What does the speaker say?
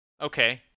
Okay